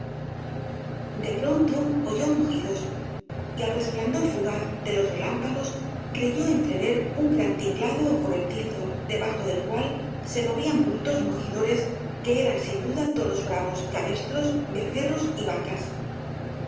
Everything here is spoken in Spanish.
de pronto oyó mujidos y al resplandor fugaz de los relámpagos creyó entrever un gran tinglado ó cobertizo debajo del cual se movían bultos mujidores que eran sin duda toros bravos cabestros becerros y vacas